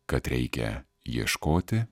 kad reikia ieškoti